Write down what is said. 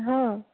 હાં